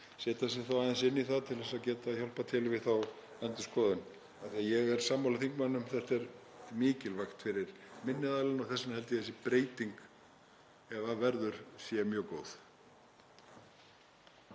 setja sig aðeins inn í það til að geta hjálpað til við þá endurskoðun, af því að ég er sammála þingmanninum, þetta er mikilvægt fyrir minni aðilana og þess vegna held ég að þessi breyting, ef af verður, sé mjög góð.